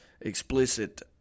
explicit